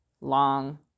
long